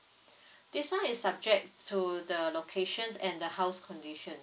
this one is subject to the locations and the house condition